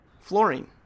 Fluorine